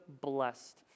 blessed